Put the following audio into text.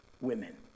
women